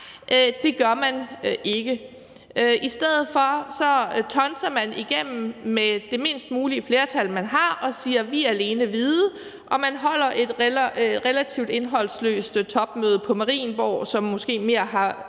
Det gør man ikke. I stedet for tonser man igennem med det mindst mulige flertal, man har, og siger: Vi alene vide. Og man holder et relativt indholdsløst topmøde på Marienborg, som måske mere har